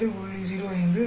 05 0